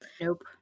Nope